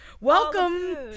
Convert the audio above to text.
Welcome